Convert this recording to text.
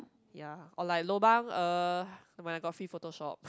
ya or like lobang uh never mind I got free photoshop